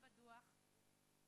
נטען בדוח,